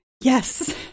Yes